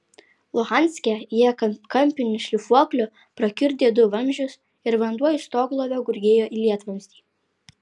luhanske jie kampiniu šlifuokliu prakiurdė du vamzdžius ir vanduo iš stoglovio gurgėjo į lietvamzdį